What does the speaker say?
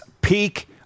peak